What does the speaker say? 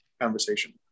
conversation